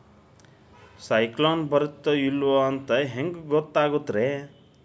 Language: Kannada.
ಸೈಕ್ಲೋನ ಬರುತ್ತ ಇಲ್ಲೋ ಅಂತ ಹೆಂಗ್ ಗೊತ್ತಾಗುತ್ತ ರೇ?